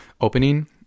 opening